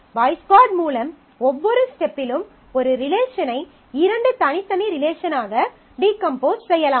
boys Codd மூலம் ஒவ்வொரு ஸ்டெப்பிலும் ஒரு ரிலேஷனை இரண்டு தனித்தனி ரிலேஷனாக டீகம்போஸ் செய்யலாம்